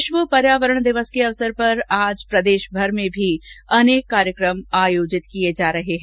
विश्व पर्यावरण दिवस के अवसर पर आज प्रदेशभर में भी अनेक कार्यक्रम आयोजित किये जा रहे है